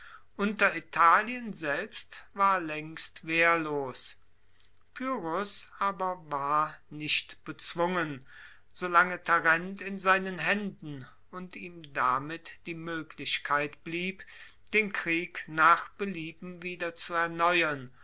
unteritalien selbst war laengst wehrlos pyrrhos aber war nicht bezwungen solange tarent in seinen haenden und ihm damit die moeglichkeit blieb den krieg nach belieben wieder zu erneuern